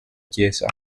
chiesa